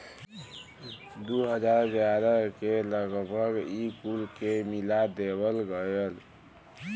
दू हज़ार ग्यारह के लगभग ई कुल के मिला देवल गएल